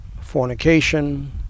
fornication